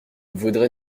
voudrait